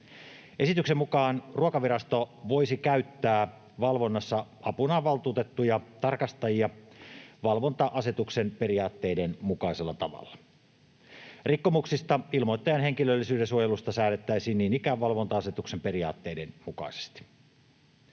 Esityksen mukaan Ruokavirasto voisi käyttää valvonnassa apunaan valtuutettuja tarkastajia valvonta-asetuksen periaatteiden mukaisella tavalla. Rikkomuksista ilmoittajan henkilöllisyyden suojelusta säädettäisiin niin ikään valvonta-asetuksen periaatteiden mukaisesti.